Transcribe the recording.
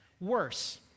worse